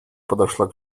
подошла